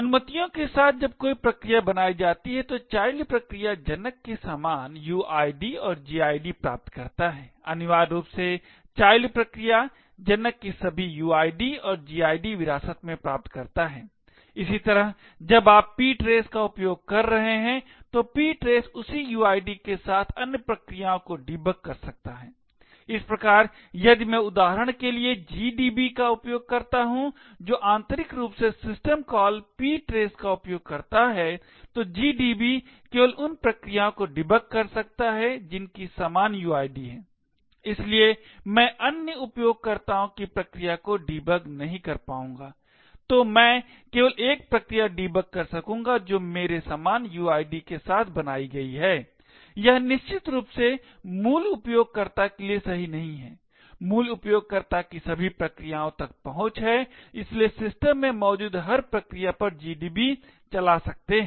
अनुमतियों के संबंध में जब कोई प्रक्रिया बनाई जाती है तो चाइल्ड प्रक्रिया जनक के समान uid और gid प्राप्त करता है अनिवार्य रूप से चाइल्ड प्रक्रिया जनक की सभी uid और gid विरासत में प्राप्त करता है इसी तरह जब आप ptrace का उपयोग कर रहे हैं तो ptrace उसी uid के साथ अन्य प्रक्रियाओं को डीबग कर सकते हैं इस प्रकार यदि मैं उदाहरण के लिए GDB का उपयोग करता हूं जो आंतरिक रूप से सिस्टम कॉल ptrace का उपयोग करता है तो GDB केवल उन प्रक्रियाओं को डिबग कर सकता है जिनकी समान uid है इसलिए मैं अन्य उपयोगकर्ताओं की प्रक्रिया को डीबग नहीं कर पाऊंगा तो मैं केवल एक प्रक्रिया डीबग कर सकूंगा जो मेरे समान uid के साथ बनाई गई है यह निश्चित रूप से मूल उपयोगकर्ता के लिए सही नहीं है मूल उपयोगकर्ता की सभी प्रक्रियाओं तक पहुंच है और इसलिए सिस्टम में मौजूद हर प्रक्रिया पर GDB चला सकते हैं